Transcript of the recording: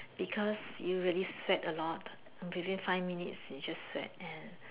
because you really sweat a lot within five minutes you just sweat and